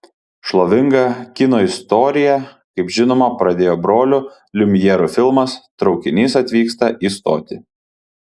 šlovingą kino istoriją kaip žinoma pradėjo brolių liumjerų filmas traukinys atvyksta į stotį